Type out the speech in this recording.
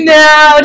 now